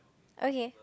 okay